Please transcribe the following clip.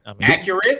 Accurate